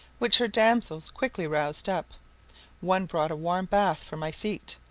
which her damsels quickly roused up one brought a warm bath for my feet,